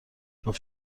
گفت